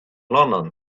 london